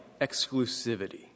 exclusivity